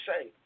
say